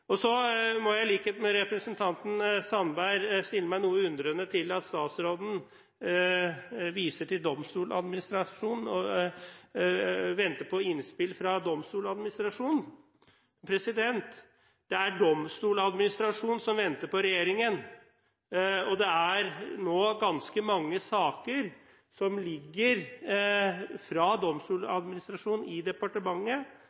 Så må jeg i likhet med representanten Sandberg stille meg noe undrende til at statsråden viser til – og venter på – innspill fra Domstoladministrasjonen. Det er Domstoladministrasjonen som venter på regjeringen. Det er nå ganske mange saker fra Domstoladministrasjonen som ligger